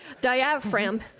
diaphragm